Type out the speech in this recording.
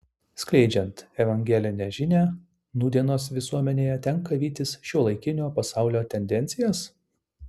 skleidžiant evangelinę žinią nūdienos visuomenėje tenka vytis šiuolaikinio pasaulio tendencijas